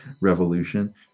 revolution